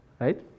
right